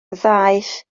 ddaeth